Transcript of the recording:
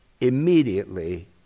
immediately